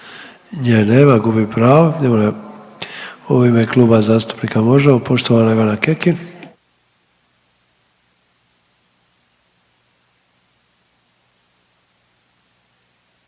Nje nema, gubi pravo. U ime Kluba zastupnika Možemo! poštovana Ivana Kekin.